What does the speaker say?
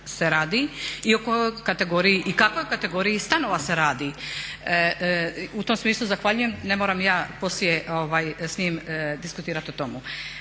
kategoriji i kakvoj kategoriji stanova se radi. U tom smislu zahvaljujem, ne moram ja poslije s njim diskutirati o tome.